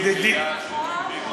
זו סוגיה שמלמדים אותה.